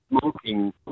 smoking